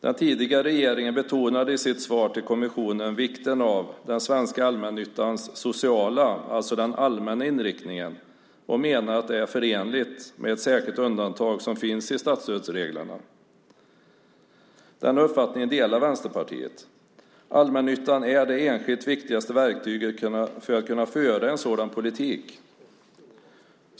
Den tidigare regeringen betonade i sitt svar till kommissionen vikten av den svenska allmännyttans sociala inriktning, alltså den allmänna inriktningen, och menade att detta är förenligt med ett särskilt undantag som finns i statsstödsreglerna. Denna uppfattning delar Vänsterpartiet. Allmännyttan är det enskilt viktigaste verktyget för att kunna föra en sådan politik.